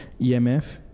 EMF